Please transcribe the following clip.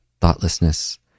thoughtlessness